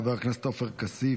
חבר הכנסת עופר כסיף,